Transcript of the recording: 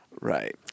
Right